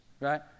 right